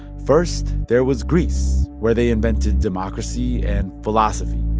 first, there was greece, where they invented democracy and philosophy.